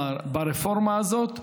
ברפורמה הזאת,